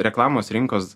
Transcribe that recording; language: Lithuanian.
reklamos rinkos